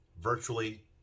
virtually